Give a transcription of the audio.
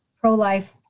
Pro-Life